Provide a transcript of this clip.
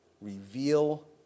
reveal